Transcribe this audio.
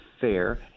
fair